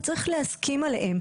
וצריך להסכים עליהם,